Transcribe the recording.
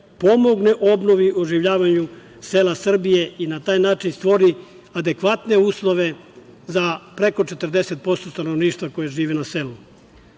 pomognu obnovi i oživljavanju sela Srbije i na taj način stvori adekvatne uslove za preko 40% stanovništva koje živi na selu.U